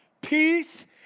Peace